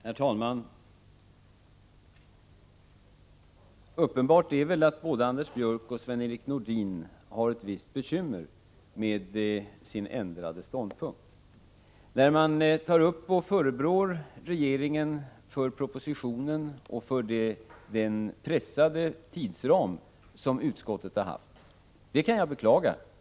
Herr talman! Det är uppenbart att både Anders Björck och Sven-Erik Nordin har vissa bekymmer med sin ändrade ståndpunkt. De förebrår regeringen för propositionen och för den pressade tidsram som utskottet har haft, och det kan jag beklaga.